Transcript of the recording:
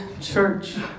church